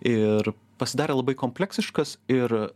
ir pasidarė labai kompleksiškas ir